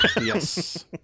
Yes